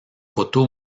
photo